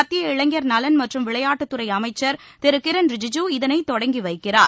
மத்திய இளைஞர் நலன் மற்றும் விளையாட்டுத் துறை அமைச்ச் திரு கிரண் ரிஜிஜூ இதனை தொடங்கி வைக்கிறார்